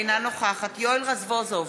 אינה נוכחת יואל רזבוזוב,